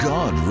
God